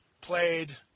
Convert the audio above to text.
played